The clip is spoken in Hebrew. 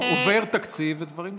עובר תקציב ודברים זזים.